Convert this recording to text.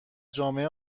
جامعه